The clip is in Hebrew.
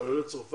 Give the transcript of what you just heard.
של עולי צרפת,